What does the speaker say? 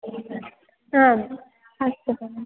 आम् अस्तु बगिनि